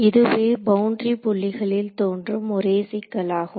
இதுவே பவுண்டரி புள்ளிகளில் தோன்றும் ஒரே சிக்கலாகும்